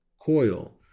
Coil